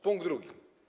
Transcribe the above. Punkt drugi.